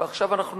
ועכשיו אנחנו